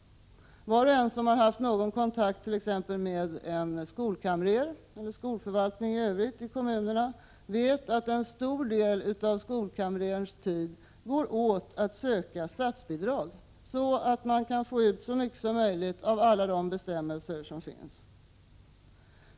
Var och en som haft någon kontakt med t.ex. en skolkamrer, eller med skolförvaltning i övrigt, vet att en stor del av skolkamrerns tid går åt att söka statsbidrag så att man får ut så mycket som möjligt av alla de bestämmelser som finns.